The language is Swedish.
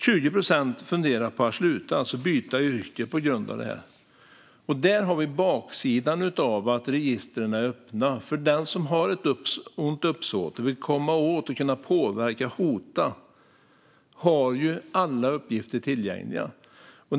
20 procent funderar på att sluta, alltså byta yrke, på grund av detta. Där har vi baksidan av att registren är öppna. Den som har ett ont uppsåt och vill komma åt, påverka och hota har ju alla uppgifter tillgängliga.